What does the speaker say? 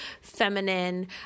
feminine